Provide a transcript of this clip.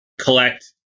collect